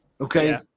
Okay